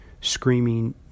screaming